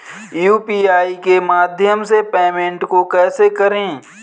UPI के माध्यम से पेमेंट को कैसे करें?